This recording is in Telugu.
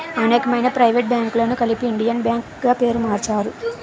అనేకమైన ప్రైవేట్ బ్యాంకులను కలిపి ఇండియన్ బ్యాంక్ గా పేరు మార్చారు